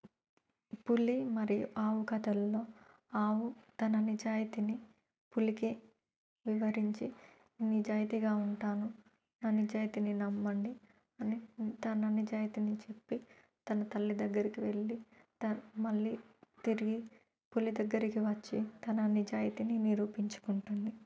పులి మరియు ఆవు కథల్లో ఆవు తన నిజాయితీని పులికే వివరించి నిజాయితీగా ఉంటాను నా నిజాయితీని నమ్మండి అని తన నిజాయితీని చెప్పి తన తల్లి దగ్గరికి వెళ్ళి తన మళ్ళీ తిరిగి పులి దగ్గరికి వచ్చి తన నిజాయితీని నిరూపించుకుంటుంది